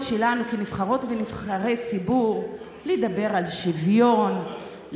שלנו כנבחרות וכנבחרי ציבור לדבר על שוויון,